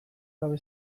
gabe